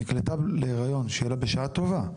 נקלטה להריון שיהיה לה בשעה טובה,